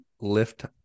Lift